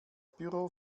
büro